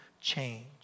change